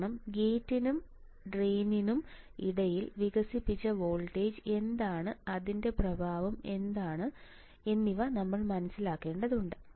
കാരണം ഗേറ്റിനും ട്രെയിനിനും ഇടയിൽ വികസിപ്പിച്ച വോൾട്ടേജ് എന്താണ് അതിൻറെ പ്രഭാവം എന്താണ് എന്നിവ നമ്മൾ മനസിലാക്കേണ്ടതുണ്ട്